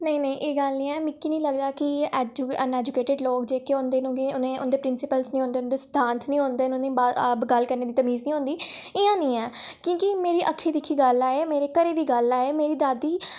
नेईं नेईं एह् गल्ल नीं ऐ मिगी लगदा कि ऐ अनएजुकेटड़ लोक जेह्के होंदे न उं'दे प्रिंसिपल निं होंदे उं'दे सिद्धांत निं होंदे उ'नें ई गल्ल करने दी तमीज निं होंदी इ'यां निं ऐ क्यूंकि मेरी अक्खीं दिक्खी गल्ल ऐ मेरे घरै दी गल्ल ऐ एह् मेरी दादी